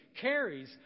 carries